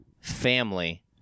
family